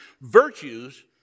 virtues